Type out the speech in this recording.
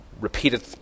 repeated